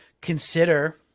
consider